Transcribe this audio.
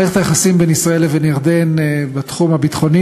מערכת היחסים בין ישראל לבין ירדן בתחום הביטחוני